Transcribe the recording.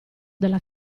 della